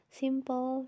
simple